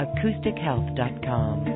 AcousticHealth.com